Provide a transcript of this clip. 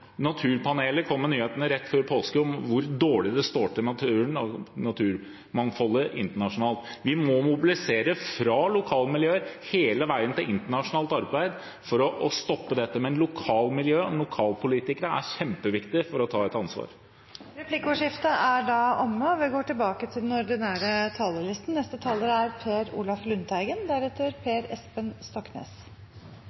Naturpanelet kom rett før påske med nyheten om hvor dårlig det står til med naturen og naturmangfoldet internasjonalt. Vi må mobilisere fra lokalmiljøer hele veien til internasjonalt arbeid for å stoppe dette, men lokalmiljøet og lokalpolitikerne er kjempeviktige når det gjelder å ta ansvar. Replikkordskiftet er omme. De talere som heretter får ordet, har en taletid på inntil 3 minutter. Dette er